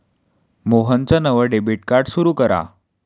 मोहनचं नवं debit card सुरू करा